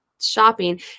shopping